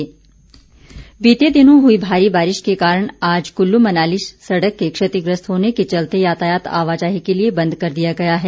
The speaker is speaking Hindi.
बचाव कार्य बीते दिनों हुई भारी बारिश के कारण आज कुल्लू मनाली सड़क के क्षतिग्रस्त होने के चलते यातायात आवाजाही के लिए बंद कर दिया गया है